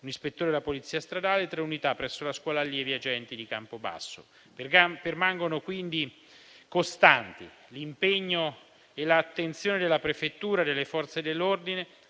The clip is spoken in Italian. un ispettore della polizia stradale e tre unità presso la Scuola allievi agenti di Campobasso. Permangono quindi costanti l'impegno e l'attenzione della prefettura e delle Forze dell'ordine,